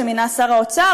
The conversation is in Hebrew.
שמינה שר האוצר,